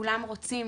כולם רוצים,